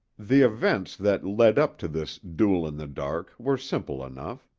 the events that led up to this duel in the dark were simple enough.